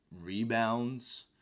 rebounds